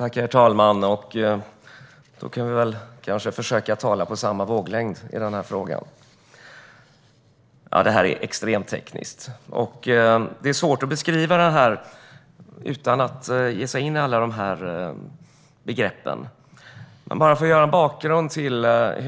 Herr talman! Då kan vi kanske försöka att tala på samma våglängd i den här frågan. Ja, det här är extremt tekniskt. Det är svårt att ge en beskrivning utan att ge sig på alla de här begreppen. Men jag ska ge en bakgrund till att